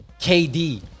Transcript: KD